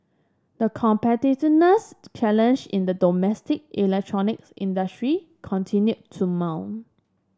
the competitiveness challenge in the domestic electronics industry continue to mount